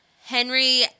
Henry